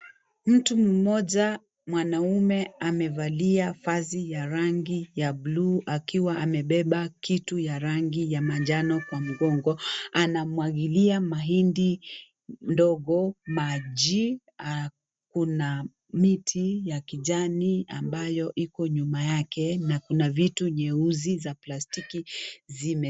Mtu mmoja mwanaume amevalia vazi ya rangi ya bluu akiwa amebeba kitu ya rangi ya manjano kwa mgongo, anamwagilia mahindi ndogo maji na kuna miti ya kijani ambayo iko nyuma yake na kuna vitu nyeusi za plastiki zime... .